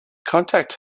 contact